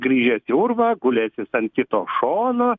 grįžęs į urvą gulęsis ant kito šono